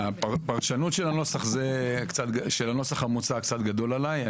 הפרשנות של הנוסח המוצע זה דבר קצת גדול עליי.